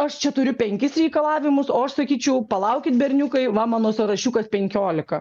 aš čia turiu penkis reikalavimus o aš sakyčiau palaukit berniukai va mano sąrašiukas penkiolika